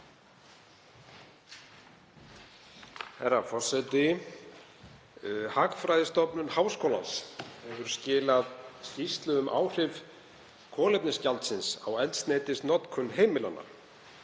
Herra forseti. Hagfræðistofnun Háskóla Íslands hefur skilað skýrslu um áhrif kolefnisgjalds á eldsneytisnotkun heimilanna.